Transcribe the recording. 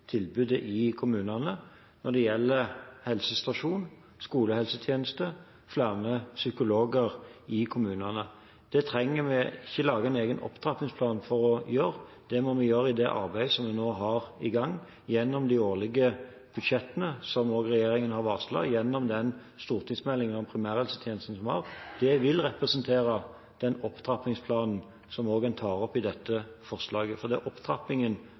tilbudet i kommunene når det gjelder helsestasjon, skolehelsetjeneste og flere psykologer i kommunene. Det trenger vi ikke å lage en egen opptrappingsplan for å gjøre. Det må vi gjøre i det arbeidet som nå er i gang, gjennom de årlige budsjettene, som regjeringen også har varslet, og gjennom stortingsmeldingen om primærhelsetjenesten. Det vil representere den opptrappingsplanen som blir tatt opp i dette forslaget. Det er opptrappingen